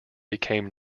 became